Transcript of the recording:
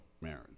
marriage